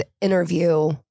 interview